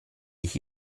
ich